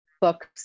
books